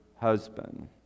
Husband